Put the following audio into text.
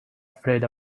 afraid